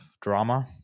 drama